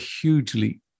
hugely